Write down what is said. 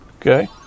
Okay